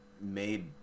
made